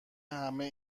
همه